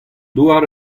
douar